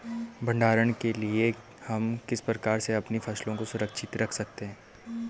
भंडारण के लिए हम किस प्रकार से अपनी फसलों को सुरक्षित रख सकते हैं?